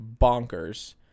bonkers